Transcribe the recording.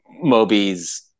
Moby's